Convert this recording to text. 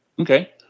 Okay